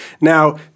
Now